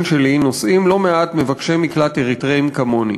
שלי נוסעים לא מעט מבקשי מקלט אריתריאים כמוני.